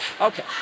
Okay